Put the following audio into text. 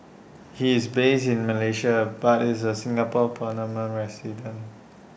he is based in Malaysia but is A Singapore permanent resident